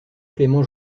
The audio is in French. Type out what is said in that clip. clément